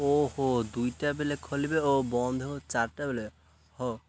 ଓହୋ ଦୁଇଟା ବେଳେ ଖୋଲିବେ ଓ ବନ୍ଦ ହେବ ଚାରିଟା ବେଳେ ହଉ